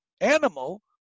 animal